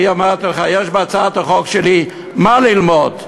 אני אמרתי לך, יש בהצעת החוק שלי מה ללמוד: